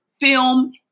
film